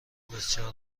بسیار